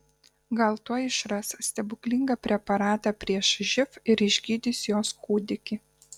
gal tuoj išras stebuklingą preparatą prieš živ ir išgydys jos kūdikį